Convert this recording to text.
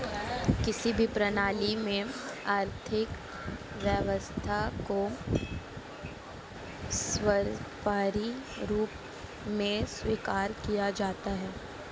किसी भी प्रणाली में आर्थिक व्यवस्था को सर्वोपरी रूप में स्वीकार किया जाता है